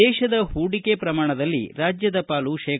ದೇಶದ ಹೂಡಿಕೆ ಪ್ರಮಾಣದಲ್ಲಿ ರಾಜ್ಯದ್ದು ಶೇ